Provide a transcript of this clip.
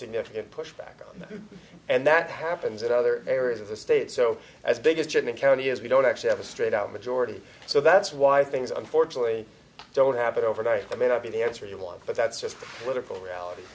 significant pushback on that and that happens at other areas of the state so as biggest technicality as we don't actually have a straight out majority so that's why i things unfortunately don't happen overnight i may not be the answer you want but that's just wonderful reality